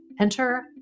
Enter